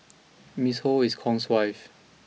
Miss Ho is Kong's wife